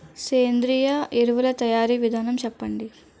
సేంద్రీయ ఎరువుల తయారీ విధానం చెప్పండి?